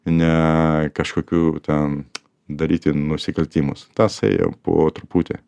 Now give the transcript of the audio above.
ne kažkokių ten daryti nusikaltimus tasai jau po truputį